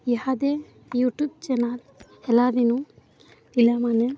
ଇହାଦେ YouTube channel ହେଲା ଦିନୁ ପିଲାମାନେ